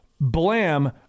Blam